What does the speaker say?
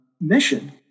mission